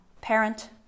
parent